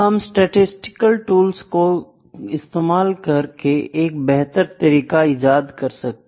हम statistical tools को इस्तेमाल करके एक बेहतर तरीका इजाद कर सकते हैं